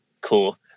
cool